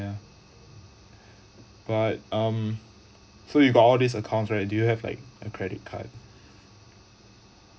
yeah but um so you got all this account right do you have like a credit card